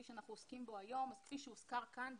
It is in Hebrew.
בו אנחנו עוסקים היום כפי שהוזכר כאן,